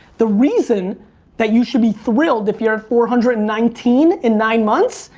the reason that you should be thrilled if you're at four hundred and nineteen in nine months,